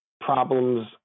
problems